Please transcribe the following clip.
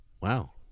Wow